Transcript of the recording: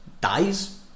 dies